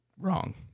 Wrong